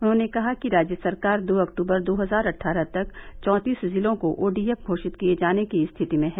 उन्होंने कहा कि राज्य सरकार दो अक्टूबर दो हजार अट्ठारह तक चौतीस जिलों को ओडीएफ घोषित किये जाने की स्थिति में हैं